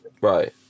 right